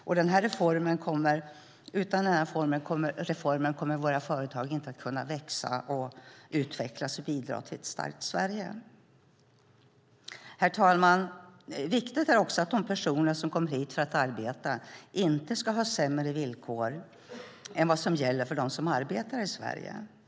Utan reformen kommer inte heller våra företag att kunna växa, utvecklas och bidra till ett starkt Sverige. Herr talman! Viktigt är också att de personer som kommer hit för att arbeta inte ska ha sämre villkor än vad som gäller för dem som arbetar i Sverige.